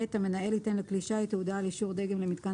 המנהל ייתן לכלי שיט תעודה על אישור דגם למיתקן